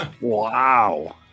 Wow